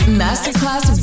masterclass